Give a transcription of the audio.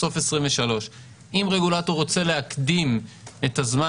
זה יהיה בסוף שנת 2023. אם רגולטור רוצה להקדים את הזמן